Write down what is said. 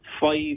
five